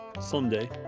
Someday